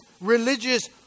religious